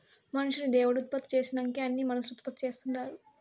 మనిషిని దేవుడు ఉత్పత్తి చేసినంకే అన్నీ మనుసులు ఉత్పత్తి చేస్తుండారు